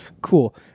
cool